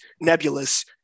nebulous